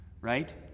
right